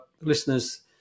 listeners